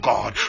God